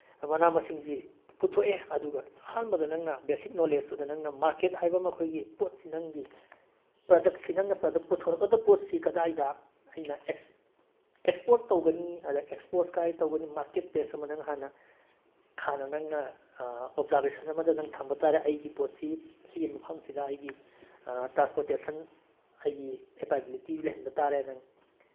ꯃꯅꯥ ꯃꯁꯤꯡꯁꯤ ꯄꯨꯊꯣꯛꯑꯦ ꯑꯗꯨꯒ ꯑꯍꯥꯟꯕꯗ ꯅꯪꯅ ꯕꯦꯖꯤꯛ ꯅꯣꯂꯦꯖꯇꯨꯗ ꯅꯪꯅ ꯃꯥꯔꯀꯦꯠ ꯍꯥꯏꯕ ꯑꯃ ꯑꯩꯈꯣꯏꯒꯤ ꯄꯣꯠꯁꯤ ꯅꯪꯒꯤ ꯄ꯭ꯔꯗꯛꯁꯤ ꯅꯪꯅ ꯄ꯭ꯔꯗꯛ ꯄꯨꯊꯣꯔꯛꯀꯗꯕ ꯄꯣꯠꯁꯤ ꯅꯪꯅ ꯀꯗꯥꯏꯗ ꯑꯩꯅ ꯑꯦꯛꯁꯄꯣꯔꯠ ꯇꯧꯒꯅꯤ ꯑꯗ ꯑꯦꯛꯁꯄꯣꯔꯠ ꯀꯥꯏ ꯇꯧꯒꯅꯤ ꯃꯥꯔꯀꯦꯠ ꯄ꯭ꯂꯦꯁ ꯑꯃ ꯅꯪ ꯍꯥꯟꯅ ꯍꯥꯟꯅ ꯅꯪꯅ ꯑꯣꯞꯖꯥꯔꯕꯦꯁꯟ ꯑꯃꯗ ꯅꯪ ꯊꯝꯕ ꯇꯥꯔꯦ ꯑꯩꯒꯤ ꯄꯣꯠꯁꯤ ꯁꯤꯒꯤ ꯃꯐꯝꯁꯤꯗ ꯑꯩꯒꯤ ꯇ꯭ꯔꯥꯟꯁꯄꯣꯔꯇꯦꯁꯟ ꯑꯩꯒꯤ ꯑꯦꯕꯥꯏꯕꯤꯂꯤꯇꯤ ꯑꯃ ꯂꯩꯍꯟꯕ ꯇꯥꯔꯦ ꯅꯪ